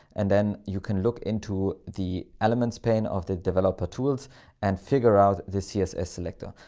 and then you can look into the elements pane of the developer tools and figure out the css selector.